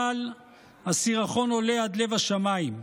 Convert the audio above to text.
אבל הסירחון עולה עד לב השמיים.